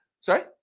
Sorry